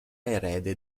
erede